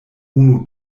unu